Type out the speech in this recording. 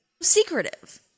secretive